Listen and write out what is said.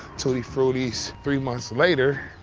tootie frooties. three months later,